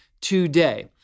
today